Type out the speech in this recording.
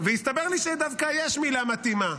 והסתבר לי שדווקא יש מילה מתאימה,